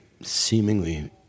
seemingly